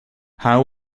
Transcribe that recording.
how